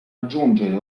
aggiungere